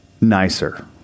nicer